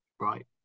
Right